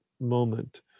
moment